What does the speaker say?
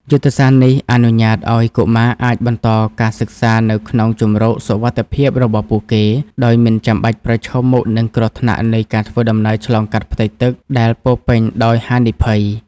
យុទ្ធសាស្ត្រនេះអនុញ្ញាតឱ្យកុមារអាចបន្តការសិក្សានៅក្នុងជម្រកសុវត្ថិភាពរបស់ពួកគេ ដោយមិនចាំបាច់ប្រឈមមុខនឹងគ្រោះថ្នាក់នៃការធ្វើដំណើរឆ្លងកាត់ផ្ទៃទឹកដែលពោរពេញដោយហានិភ័យ។